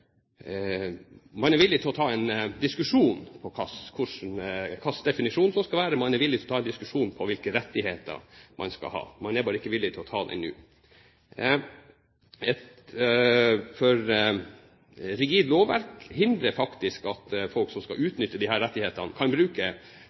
man er villig til å ta en diskusjon om hva slags definisjon det skal være, og man er villig til å ta en diskusjon om hvilke rettigheter man skal ha, men man er bare ikke villig til å ta den nå. Et for rigid lovverk hindrer faktisk folk som skal